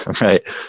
Right